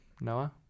Noah